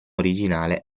originale